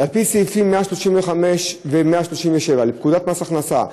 ועל-פי סעיפים 135 ו-137 לפקודת מס הכנסה,